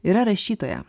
yra rašytoja